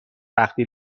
وقتی